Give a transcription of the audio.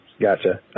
Gotcha